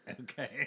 Okay